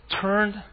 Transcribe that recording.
turned